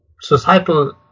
societal